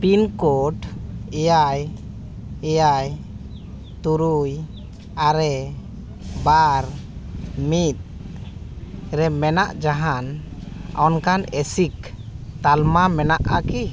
pin code ᱮᱭᱟᱭ ᱮᱭᱟᱭ ᱛᱩᱨᱩᱭ ᱟᱨᱮ ᱵᱟᱨ ᱢᱤᱫ ᱨᱮ ᱢᱮᱱᱟᱜ ᱡᱟᱦᱟᱱ ᱚᱱᱠᱟᱱ ᱮᱥᱤᱠ ᱛᱟᱞᱢᱟ ᱢᱮᱱᱟᱜᱼᱟ ᱠᱤ